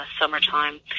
summertime